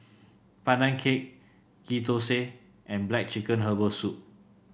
Pandan Cake Ghee Thosai and black chicken Herbal Soup